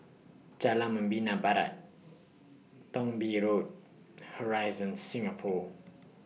Jalan Membina Barat Thong Bee Road Horizon Singapore